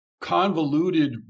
convoluted